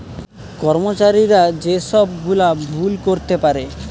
কর্মচারীরা যে সব গুলা ভুল করতে পারে